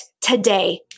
today